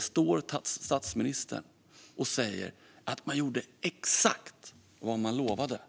står statsministern och säger att man gjorde exakt vad man lovade.